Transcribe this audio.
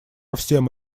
всем